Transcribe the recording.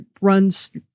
runs